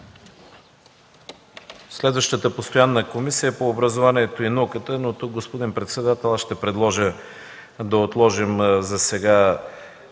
Следващата постоянна комисия е по образованието и науката. Тук, господин председател, ще предложа да отложим засега